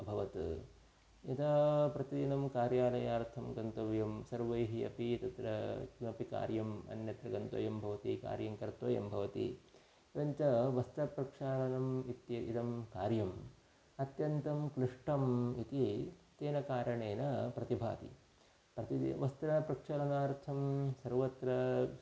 अभवत् यदा प्रतिदिनं कार्यालयार्थं गन्तव्यं सर्वैः अपि तत्र किमपि कार्यम् अन्यत्र गन्तव्यं भवति कार्यं कर्तव्यं भवति एवञ्च वस्त्रप्रक्षालनम् इति इदं कार्यम् अत्यन्तं क्लिष्टम् इति तेन कारणेन प्रतिभाति प्रतिदिनं वस्त्रप्रक्षालनार्थं सर्वत्र